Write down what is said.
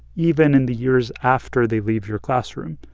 even in the years after they leave your classroom?